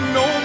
no